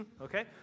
Okay